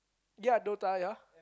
ya Dota ya